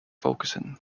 focusing